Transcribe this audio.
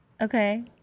Okay